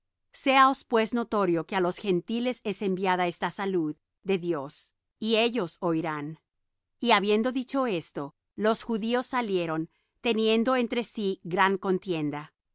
séaos pues notorio que á los gentiles es enviada esta salud de dios y ellos oirán y habiendo dicho esto los judíos salieron teniendo entre sí gran contienda